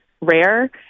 rare